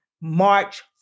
March